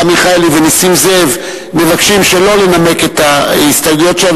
אברהם מיכאלי ונסים זאב מבקשים שלא לנמק את ההסתייגויות שלהם,